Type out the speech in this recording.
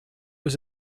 was